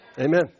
Amen